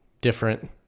different